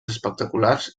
espectaculars